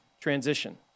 transition